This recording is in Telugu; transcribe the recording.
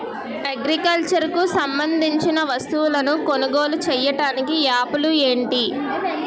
అగ్రికల్చర్ కు సంబందించిన వస్తువులను కొనుగోలు చేయటానికి యాప్లు ఏంటి?